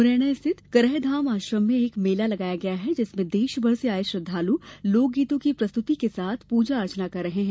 मुरैना स्थित करहधाम आश्रम में एक मेला लगाया गया है जिसमें देशभर से आये श्रद्वाल लोकगीतो की प्रस्तुति के साथ प्रजा अर्चना कर रहे हैं